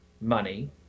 money